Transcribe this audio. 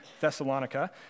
Thessalonica